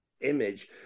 image